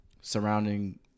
surrounding